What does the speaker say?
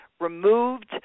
removed